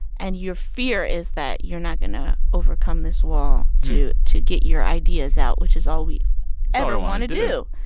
and your fear is that you're not gonna overcome this wall to to get your ideas out, which is all we ever want to do